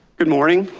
good morning.